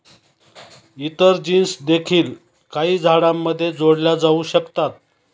इतर जीन्स देखील काही झाडांमध्ये जोडल्या जाऊ शकतात